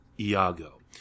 Iago